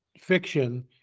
fiction